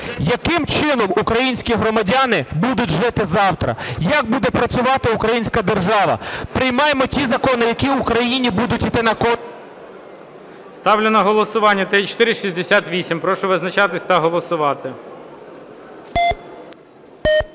яким чином українські громадяни будуть жити завтра, як буде працювати українська держава? Приймаємо ті закони, які Україні будуть йти на користь… ГОЛОВУЮЧИЙ. Ставлю на голосування 3468. Прошу визначатися та голосувати.